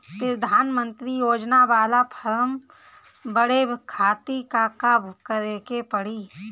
प्रधानमंत्री योजना बाला फर्म बड़े खाति का का करे के पड़ी?